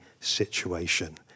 situation